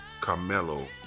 Carmelo